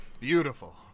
Beautiful